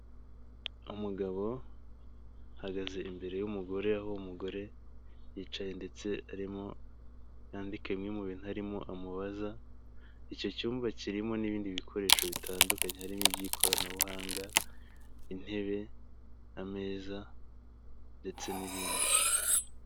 Umugabo ahagaze imbere y'umugore, aho umugore yicaye ndetse arimo yandika bimwe mu bintu arimo amubaza, icyo cyumba kirimo n'ibindi bikoresho bitandukanye, harimo iby'ikoranabuhanga, intebe, ameza ndetse n'ibindi.